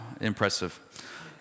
impressive